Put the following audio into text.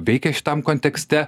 veikia šitam kontekste